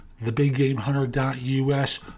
thebiggamehunter.us